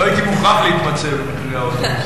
לא הייתי מוכרח להתמצא במחירי האוטובוסים.